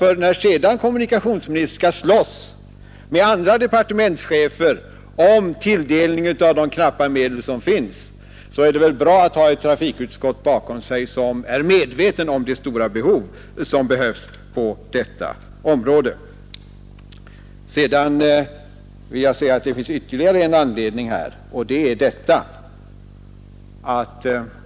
När sedan kommunikationsministern skall slåss med andra departementschefer om tilldelningen av de knappa medel som finns, är det väl bra att ha ett trafikutskott bakom sig som är medvetet om de stora behoven på detta område. Det finns ytterligare en synpunkt.